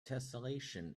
tesselation